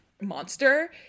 monster